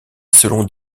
selon